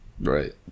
Right